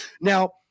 Now